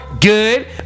Good